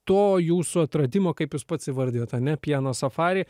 to jūsų atradimo kaip jūs pats įvardijot ar ne pieno safary